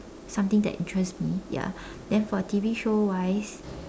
something that interests me ya then for T_V show wise